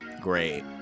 Great